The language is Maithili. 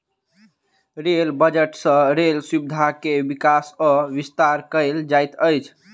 रेल बजट सँ रेल सुविधा के विकास आ विस्तार कयल जाइत अछि